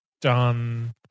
done